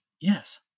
yes